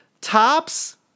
Tops